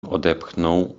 odepchnął